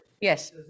Yes